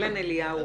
אילן אליהו,